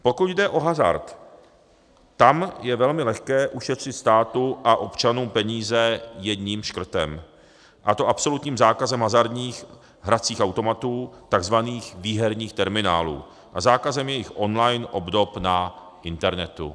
Pokud jde o hazard, tam je velmi lehké ušetřit státu a občanům peníze jedním škrtem, a to absolutním zákazem hazardních hracích automatů, takzvaných výherních terminálů, a zákazem jejich online obdob na internetu.